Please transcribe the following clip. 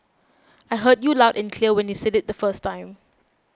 I heard you loud and clear when you said it the first time